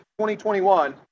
2021